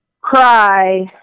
cry